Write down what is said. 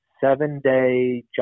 seven-day